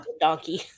donkey